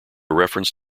reference